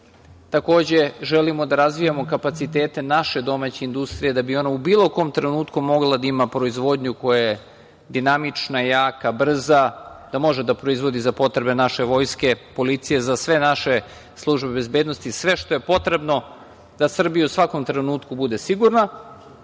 takođe želimo da razvijamo kapacitete naše domaće industrije da bi ona u bilo kom trenutku mogla da ima proizvodnju koja je dinamična, jaka, brza, da može da proizvodi za potrebe naše vojske, policije, za sve naše službe bezbednosti i sve što je potrebno da Srbija u svakom trenutku bude sigurna